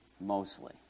mostly